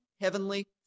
heavenly